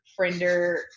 friender